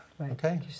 Okay